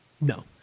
No